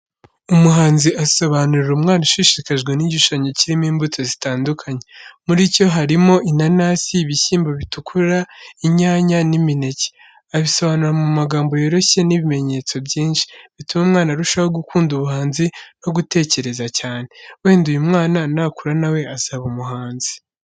Umuhanzi asobanurira umwana ushishikajwe n'igishushanyo kirimo imbuto zitandukanye. Muricyo harimo inanasi, ibishyimbo bitukura, inyanya, n’imineke. Abisobanura mu magambo yoroshye n’ibimenyetso byiza, bituma umwana arushaho gukunda ubuhanzi no gutekereza cyane. Wenda uyu mwana nakura na we azaba umuhanzi.